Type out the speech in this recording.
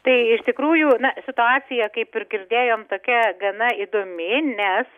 tai iš tikrųjų na situacija kaip ir girdėjom tokia gana įdomi nes